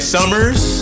Summers